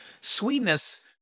Sweetness